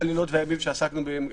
בלילות ובימים.